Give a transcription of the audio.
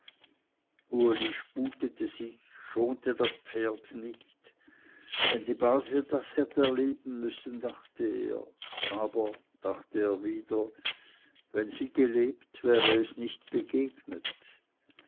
uli sputete sich schonte das pferd nicht wenn die base das hätte erleben müssen dachte er aber dachte er wieder wenn sie gelebt wäre das nicht begegnet